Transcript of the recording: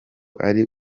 ari